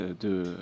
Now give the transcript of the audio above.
de